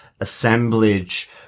Assemblage